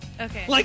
Okay